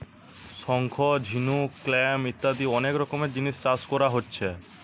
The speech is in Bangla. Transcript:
শঙ্খ, ঝিনুক, ক্ল্যাম ইত্যাদি অনেক রকমের জিনিস চাষ কোরা হচ্ছে